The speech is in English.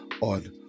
on